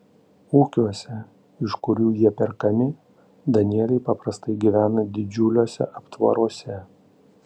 ūkiuose iš kurių jie perkami danieliai paprastai gyvena didžiuliuose aptvaruose